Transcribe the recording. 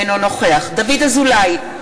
אינו נוכח דוד אזולאי,